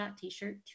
t-shirt